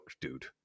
dude